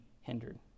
hindered